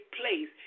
place